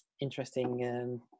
interesting